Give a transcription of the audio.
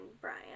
Brian